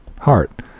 heart